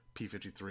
P53